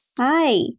Hi